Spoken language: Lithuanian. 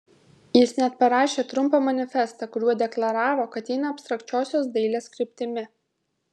jis net parašė trumpą manifestą kuriuo deklaravo kad eina abstrakčiosios dailės kryptimi